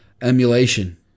emulation